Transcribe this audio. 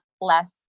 less